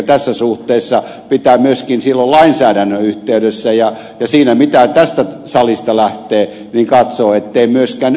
tässä suhteessa pitää myöskin silloin lainsäädännön yhteydessä ja siinä mitä tästä salista lähtee katsoa ettei myöskään